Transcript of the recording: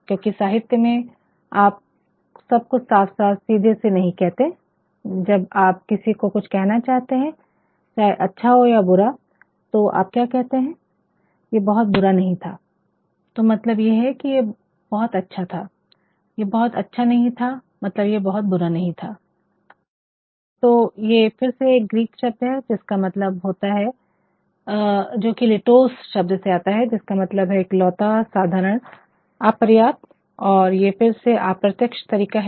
क्योकि साहित्य में आप सब कुछ साफ़ या सीधे से नहीं कहते है